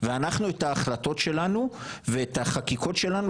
ואנחנו את ההחלטות שלנו ואת החקיקות שלנו,